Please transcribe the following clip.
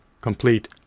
complete